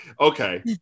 Okay